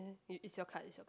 uh it it's your card it's your